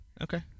Okay